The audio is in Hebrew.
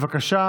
בעד, שלושה